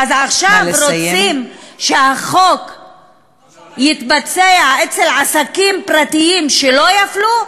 אז עכשיו רוצים שהחוק יתבצע אצל עסקים פרטיים שלא יפלו?